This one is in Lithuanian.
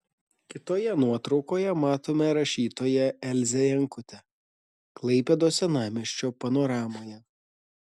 kitoje nuotraukoje matome rašytoją elzę jankutę klaipėdos senamiesčio panoramoje